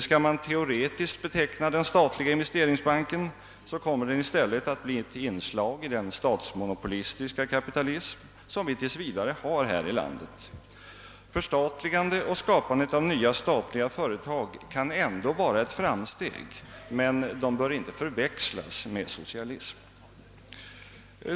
Skall man teoretiskt beteckna den statliga investeringsbanken kommer den i stället att bli ett inslag i den statsmonopolistiska kapitalism vi tills vidare har här i landet. Förstatligande och skapandet av nya statliga företag kan ändå vara framsteg, men de bör inte förväxlas med socialism.